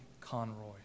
Conroy